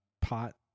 pot